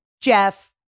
Jeff